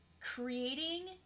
creating